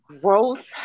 growth